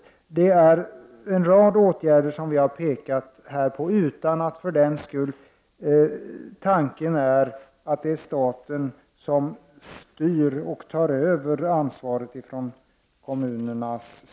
Vi pekar alltså på en rad åtgärder som kan vidtas. Det är dock inte fråga om att staten skall styra och ta över ansvaret från kommunerna.